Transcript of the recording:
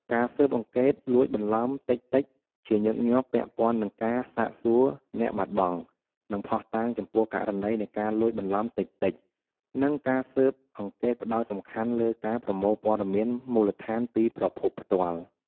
ការស៊ើបអង្កេតលួចបន្លំតិចៗ ជាញឹកញាប់ពាក់ព័ន្ធនឹងការសាកសួរអ្នកបាត់បង់ និងភស្តុតាងចំពោះករណីនៃការលួចបន្លំតិចៗ និងការស៊ើបអង្កេតផ្តោតសំខាន់លើការប្រមូលព័ត៌មានមូលដ្ឋានពីប្រភពផ្ទាល់។